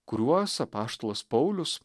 kuriuos apaštalas paulius